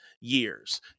years